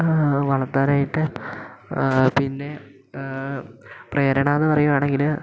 വളർത്താനായിട്ട് പിന്നെ പ്രേരണ എന്ന് പറയുകയാണെങ്കിൽ